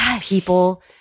people